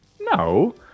No